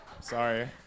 Sorry